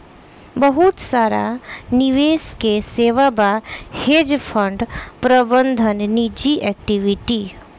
बहुत सारा निवेश के सेवा बा, हेज फंड प्रबंधन निजी इक्विटी